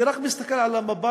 אני רק מסתכל על המפה,